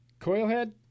Coilhead